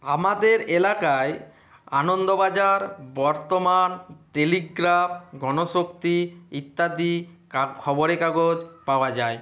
আমাদের এলাকায় আনন্দবাজার বর্তমান টেলিগ্রাফ গণশক্তি ইত্যাদি কাপ খবরের কাগজ পাওয়া যায়